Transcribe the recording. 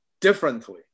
differently